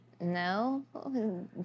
No